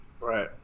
Right